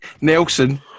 Nelson